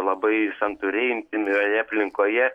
labai santūriai intymioje aplinkoje